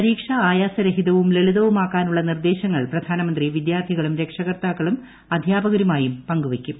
പരീക്ഷ ആയാസരഹിതവും ലളിതവുമാക്കാനുള്ള നിർദ്ദേശങ്ങൾ പ്രധാനമന്ത്രി വിദ്യാർത്ഥികളും രക്ഷാകർത്താക്കളും അധ്യാപകരുമായും പങ്കുവയ്ക്കും